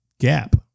Gap